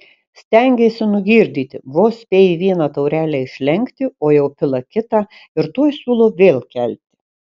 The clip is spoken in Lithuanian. stengėsi nugirdyti vos spėji vieną taurelę išlenkti o jau pila kitą ir tuoj siūlo vėl kelti